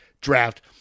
draft